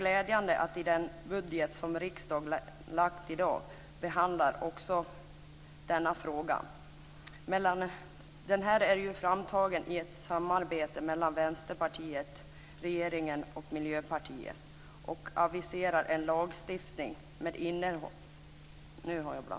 Socialutskottet har tidigare uttalat sig i den riktningen.